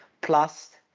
plus